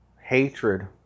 hatred